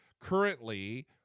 Currently